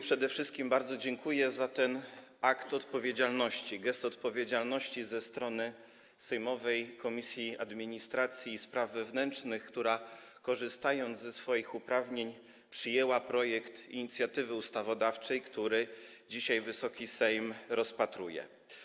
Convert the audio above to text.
Przede wszystkim bardzo dziękuję za ten akt odpowiedzialności, gest odpowiedzialności ze strony sejmowej Komisji Administracji i Spraw Wewnętrznych, która korzystając ze swoich uprawnień, przyjęła projekt inicjatywy ustawodawczej, który dzisiaj Wysoki Sejm rozpatruje.